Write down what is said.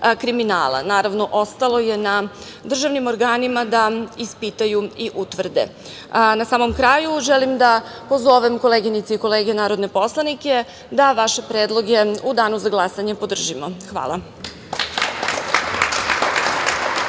kriminala, naravno ostalo je na državnim organima da ispitaju i utvrde. Na samom kraju, želim da pozovem koleginice i kolege narodne poslanike da vaše predloge u danu za glasanje podržimo. Hvala